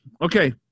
Okay